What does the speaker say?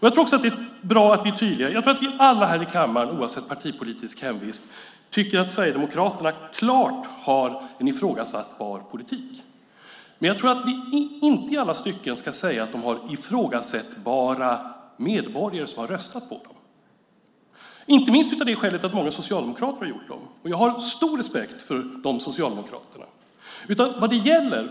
Jag tror att vi alla här i kammaren, oavsett politisk hemvist, tycker att Sverigedemokraterna klart har en ifrågasättbar politik. Jag tror inte att vi ska säga att de i alla stycken har ifrågasättbara medborgare som har röstat på dem, inte minst av det skälet att många socialdemokrater har gjort det. Jag har stor respekt för de socialdemokraterna.